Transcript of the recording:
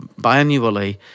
biannually